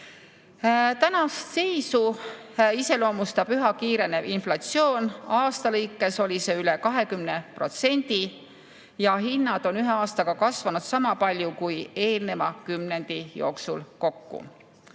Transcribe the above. Tänast seisu iseloomustab üha kiirenev inflatsioon, aasta jooksul oli see üle 20%, ja hinnad on ühe aastaga kasvanud sama palju kui eelneva kümnendi jooksul kokku.